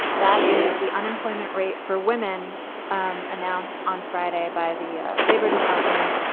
that is the unemployment rate for women um announced on friday by the labor department.